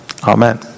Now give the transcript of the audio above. Amen